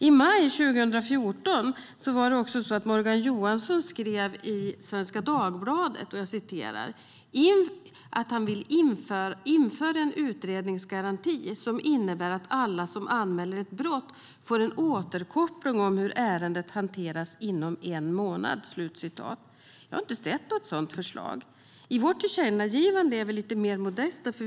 I maj 2014 skrev Morgan Johansson i Svenska Dagbladet: "Inför en utredningsgaranti som innebär att alla som anmäler ett brott får en återkoppling om hur ärendet hanteras inom en månad." Jag har inte sett något sådant förslag. I vårt tillkännagivande är vi lite mer modesta.